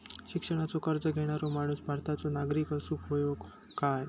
शिक्षणाचो कर्ज घेणारो माणूस भारताचो नागरिक असूक हवो काय?